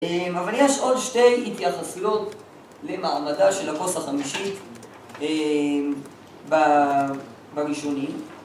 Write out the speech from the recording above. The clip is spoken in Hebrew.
אבל יש עוד שתי התייחסויות למעמדה של הבוס החמישית בראשוני